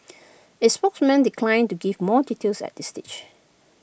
its spokesman declined to give more details at this stage